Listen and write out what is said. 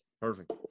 Perfect